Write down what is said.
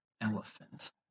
Elephant